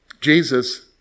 Jesus